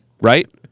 Right